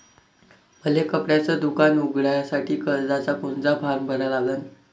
मले कपड्याच दुकान उघडासाठी कर्जाचा कोनचा फारम भरा लागन?